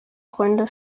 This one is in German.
gründe